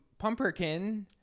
Pumperkin